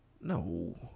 no